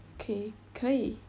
okay 可以